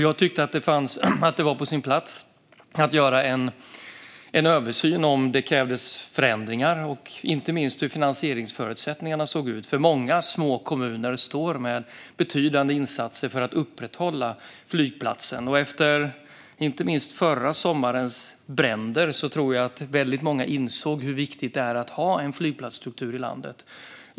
Jag tyckte att det var på sin plats att göra en översyn av om det krävdes förändringar och inte minst av hur finansieringsförutsättningarna såg ut, för många små kommuner står för betydande insatser för att upprätthålla flygplatserna. Efter förra sommarens bränder tror jag att många insåg hur viktigt det är att ha en flygplatsstruktur i hela landet.